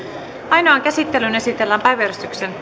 ainoaan käsittelyyn esitellään päiväjärjestyksen